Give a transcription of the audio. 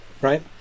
right